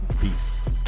Peace